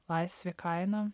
laisvė kaina